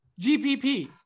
gpp